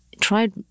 tried